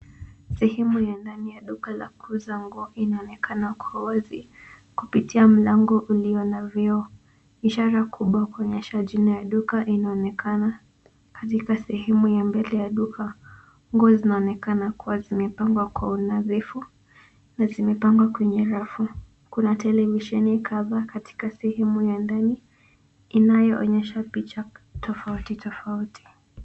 Sehemu ya ndani ya duka la kuuza nguo inaonekana Kwa wazi kupitia mlango ulio na vioo. Ishara kubwa ya kuonyesha jina ya duka inaonekana katika sehemu ya mbele ya duka. Nguo zinaonekana kuwa zimepangwa Kwa unadhifu na zimepangwa kwenye rafu. Kuna televisheni kadhaa katika sehemu ya ndani zinazoonyesha picha tofauti tofauti.